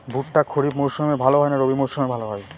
ভুট্টা খরিফ মৌসুমে ভাল হয় না রবি মৌসুমে ভাল হয়?